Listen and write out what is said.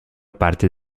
parte